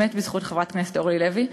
באמת בזכות חברת הכנסת אורלי לוי.